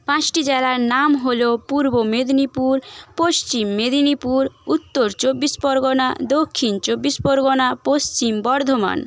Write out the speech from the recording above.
পাঁচটি জেলার নাম হলো পূর্ব মেদিনীপুর পশ্চিম মেদিনীপুর উত্তর চব্বিশ পরগনা দক্ষিণ চব্বিশ পরগনা পশ্চিম বর্ধমান